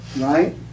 right